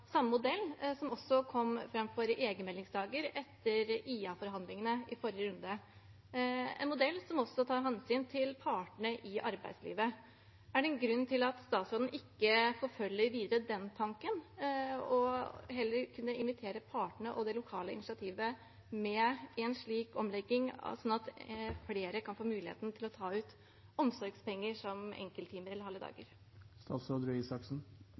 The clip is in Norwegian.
som også kom fram for egenmeldingsdager etter IA-forhandlingene i forrige runde. Det er en modell som også tar hensyn til partene i arbeidslivet. Er det en grunn til at statsråden ikke forfølger den tanken videre og inviterer partene og det lokale initiativet med på en slik omlegging, slik at flere kan få mulighet til å ta ut omsorgspenger som enkelttimer eller halve